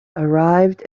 arrived